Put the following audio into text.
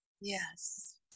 Yes